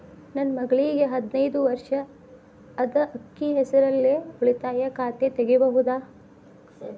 ನನ್ನ ಮಗಳಿಗೆ ಹದಿನೈದು ವರ್ಷ ಅದ ಅಕ್ಕಿ ಹೆಸರಲ್ಲೇ ಉಳಿತಾಯ ಖಾತೆ ತೆಗೆಯಬಹುದಾ?